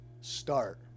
start